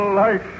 life